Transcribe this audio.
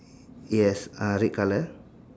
yes uh red colour